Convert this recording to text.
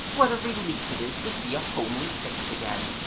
what a relief it is to see a homely face again